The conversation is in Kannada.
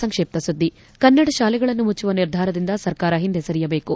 ಸಂಕ್ಷಿಪ್ರ ಸುದ್ಧಿಗಳು ಕನ್ನಡ ಶಾಲೆಗಳನ್ನು ಮುಚ್ಚುವ ನಿರ್ಧಾರದಿಂದ ಸರ್ಕಾರ ಹಿಂದೆ ಸರಿಯಬೇಕು